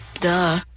Duh